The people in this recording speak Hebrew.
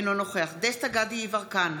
אינו נוכח דסטה גדי יברקן,